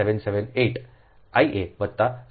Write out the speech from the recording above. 778 I a વત્તા 0